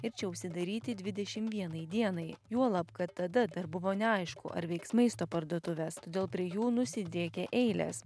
ir čia užsidaryti dvidešim vienai dienai juolab kad tada dar buvo neaišku ar veiks maisto parduotuvės todėl prie jų nusidriekė eilės